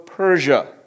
Persia